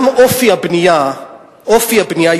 גם אופי הבנייה השתנה,